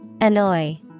Annoy